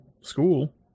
school